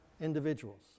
individuals